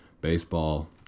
baseball